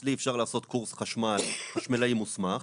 אצלי אפשר לעשות קורס חשמל, חשמלאי מוסמך,